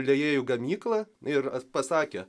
liejėjų gamyklą ir pasakė